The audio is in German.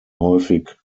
häufig